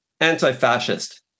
anti-fascist